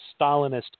Stalinist